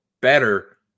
better